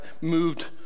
moved